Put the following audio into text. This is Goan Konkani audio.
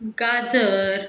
गाजर